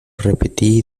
repetí